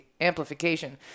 amplification